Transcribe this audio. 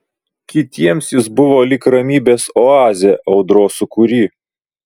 kitiems jis buvo lyg ramybės oazė audros sūkury